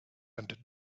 and